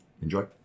enjoy